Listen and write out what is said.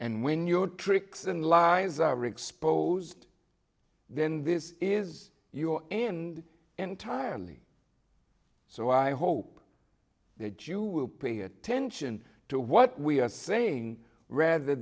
and when your tricks and lies are exposed then this is your end entirely so i hope that you will pay attention to what we are saying rather